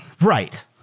Right